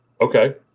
Okay